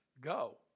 go